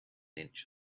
inch